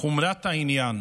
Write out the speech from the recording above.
חומרת העניין.